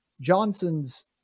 johnson's